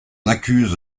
accuse